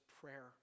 prayer